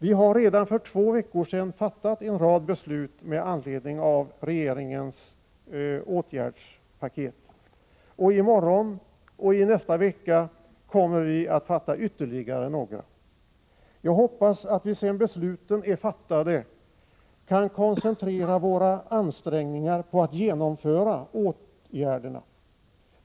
Vi har redan för två veckor sedan fattat ett beslut med anledning av regeringens åtgärdspaket, och i morgon och i nästa vecka kommer vi att fatta ytterligare några. Jag hoppas att vi sedan beslutet är fattat kan koncentrera våra ansträngningar på att genomföra åtgärderna.